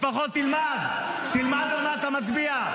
לפחות תלמד, תלמד על מה אתה מצביע.